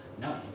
no